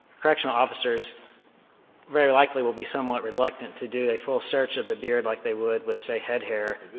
correctional officers very likely will be somewhat reluctant to do a full search of the beard like they would with, say, head hair.